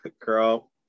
Girl